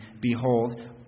Behold